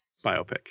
Biopic